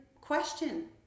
question